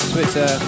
Twitter